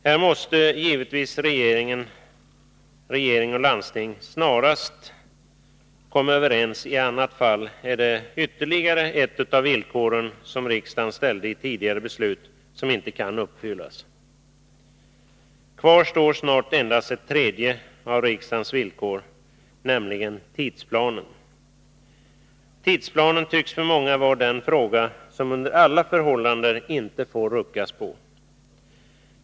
Här måste givetvis regering och landsting snarast komma överens; i annat fall är det ytterligare ett av de villkor som riksdagen ställde i tidigare beslut som inte kan uppfyllas. Kvar står snart endast ett tredje av riksdagens villkor, nämligen tidsplanen. Och tidsplanen tycks för många vara den fråga som det under alla förhållanden inte får ruckas på.